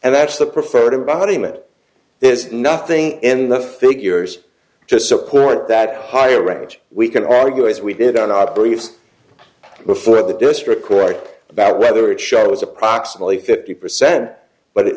and that's the preferred about him it there's nothing in the figures to support that higher marriage we can argue as we did on our briefs before the district court about whether it shows approximately fifty percent but i